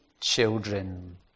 children